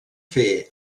fer